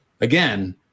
again